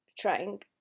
trying